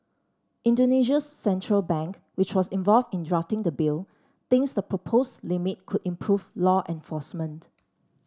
Indonesia's central bank which was involved in drafting the bill thinks the proposed limit could improve law enforcement